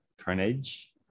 Carnage